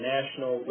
National